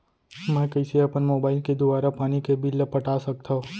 मैं कइसे अपन मोबाइल के दुवारा पानी के बिल ल पटा सकथव?